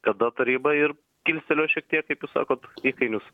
tada taryba ir kilstelėjo šiek tiek kaip jūs sakot įkainius